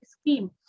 scheme